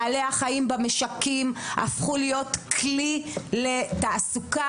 בעלי החיים במשקים הפכו להיות כלי לתעסוקה.